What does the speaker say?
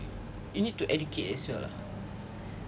you need to educate as well lah